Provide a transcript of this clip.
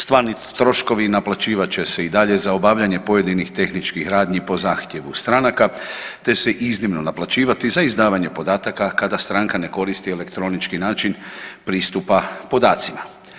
Stvarni troškovi naplaćivat će se i dalje za obavljanje pojedinih tehničkih radnji po zahtjevu stranaka te se iznimno naplaćivati za izdavanje podataka kada stranka ne koristi elektronički način pristupa podacima.